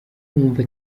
wumva